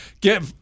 get